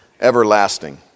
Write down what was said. everlasting